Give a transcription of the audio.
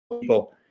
people